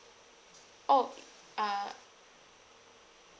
oh ah